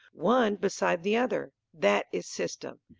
one beside the other, that is system.